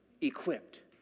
equipped